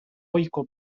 ohiko